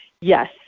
Yes